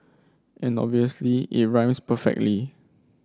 and obviously it rhymes perfectly